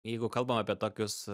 jeigu kalbam apie tokius